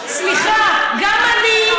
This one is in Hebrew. גם אני,